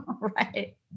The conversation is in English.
right